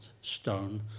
stone